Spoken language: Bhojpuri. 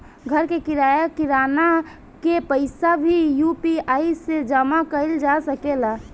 घर के किराया, किराना के पइसा भी यु.पी.आई से जामा कईल जा सकेला